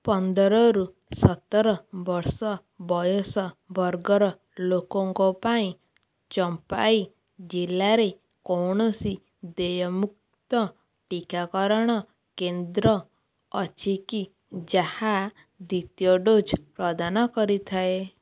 ପନ୍ଦରରୁ ସତର ବର୍ଷ ବୟସ ବର୍ଗର ଲୋକଙ୍କ ପାଇଁ ଚମ୍ଫାଇ ଜିଲ୍ଲାରେ କୌଣସି ଦେୟମୁକ୍ତ ଟିକାକରଣ କେନ୍ଦ୍ର ଅଛି କି ଯାହା ଦ୍ୱିତୀୟ ଡୋଜ୍ ପ୍ରଦାନ କରିଥାଏ